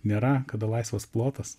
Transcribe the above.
nėra kada laisvas plotas